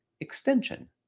extension